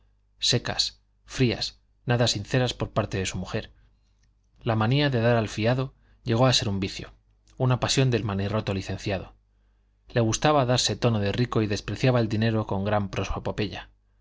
secas frías nada sinceras por parte de su mujer la manía de dar al fiado llegó a ser un vicio una pasión del manirroto licenciado le gustaba darse tono de rico y despreciaba el dinero con gran